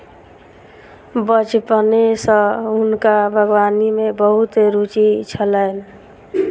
बचपने सॅ हुनका बागवानी में बहुत रूचि छलैन